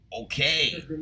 Okay